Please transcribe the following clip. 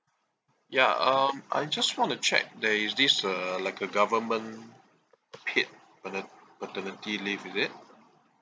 ya um I just want to check there is this uh like a government paid pa~ ni~ paternity leave is it